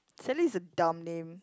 Sally is a dumb name